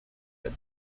that